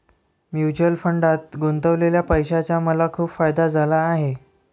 mutual फंडात गुंतवलेल्या पैशाचा मला खूप फायदा झाला आहे